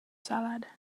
salad